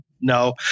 no